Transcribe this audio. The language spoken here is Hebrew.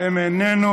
ואם איננו,